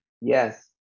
Yes